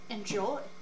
Enjoy